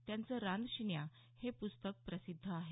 त्यांचं रानशिन्या हे पुस्तक प्रसिद्ध आहे